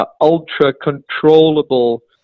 ultra-controllable